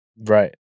Right